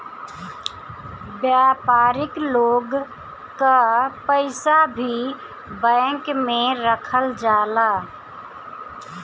व्यापारिक लोग कअ पईसा भी बैंक में रखल जाला